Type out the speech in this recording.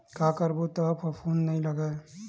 का करबो त फफूंद नहीं लगय?